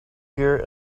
here